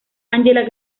angela